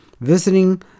visiting